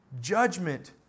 Judgment